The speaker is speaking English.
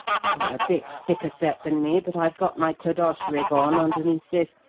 you're a bit thicker-set than me, but i've got my clodoche rig on underneath this,